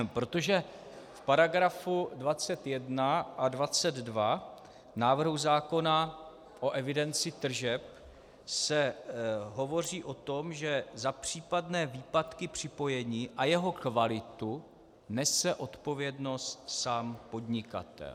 Protože v § 21 a 22 návrhu zákona o evidenci tržeb se hovoří o tom, že za případné výpadky připojení a jeho kvalitu nese odpovědnost sám podnikatel.